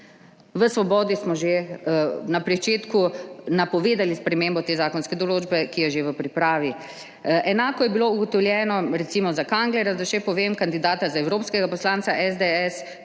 V Svobodi smo že na pričetku napovedali spremembo te zakonske določbe, ki je že v pripravi. Enako je bilo ugotovljeno, recimo za Kanglerja, da še povem, kandidata za evropskega poslanca SDS,